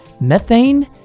methane